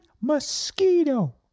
mosquito